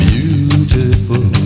Beautiful